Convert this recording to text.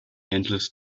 endless